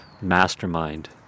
mastermind